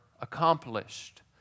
accomplished